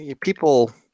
people